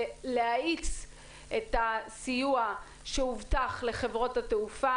ולהאיץ את הסיוע שהובטח לחברות התעופה,